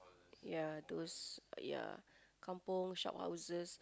ya those ya kampung shophouses